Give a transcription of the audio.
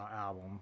album